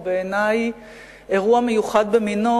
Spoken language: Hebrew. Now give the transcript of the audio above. הוא בעיני אירוע מיוחד במינו,